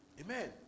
Amen